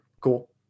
Cool